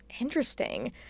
Interesting